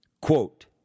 Quote